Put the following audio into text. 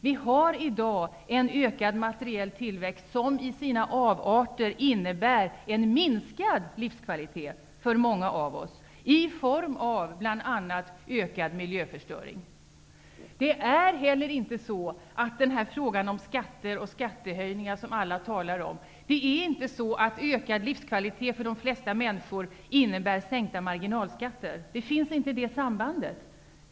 Vi har i dag en ökad materiell tillväxt som i sina avarter innebär en minskad livskvalitet för många av oss i form av bl.a. ökad miljöförstöring. Alla talar om skatter och skattehöjningar. Det är inte så att ökad livskvalitet för de flesta människor innebär sänkta marginalskatter. Det sambandet finns inte.